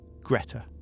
Greta